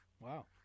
Wow